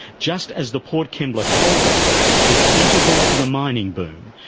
just as the port kembla coal loader is integral to the mining boom,